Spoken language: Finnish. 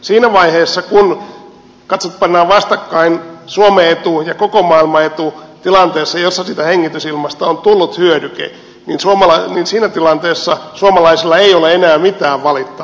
siinä vaiheessa kun pannaan vastakkain suomen etu ja koko maailman etu tilanteessa jossa siitä hengitysilmasta on tullut hyödyke suomalaisilla ei ole enää mitään valittavaa